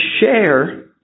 share